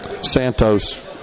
santos